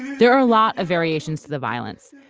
there are a lot of variations to the violence,